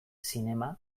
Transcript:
zinema